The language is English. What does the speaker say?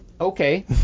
okay